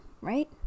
right